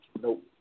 Nope